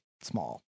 small